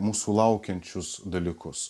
mūsų laukiančius dalykus